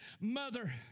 mother